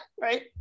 Right